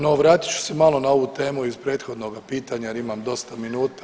No vratit ću se malo na ovu temu iz prethodnoga pitanja, jer imam dosta minuta.